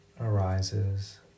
arises